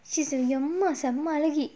she's in செம அழகி:sema alagi